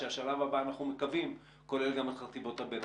שהשלב הבא אנחנו מקווים כולל גם את חטיבות הביניים?